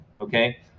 okay